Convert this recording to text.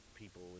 people